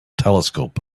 telescope